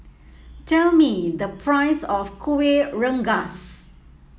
tell me the price of Kuih Rengas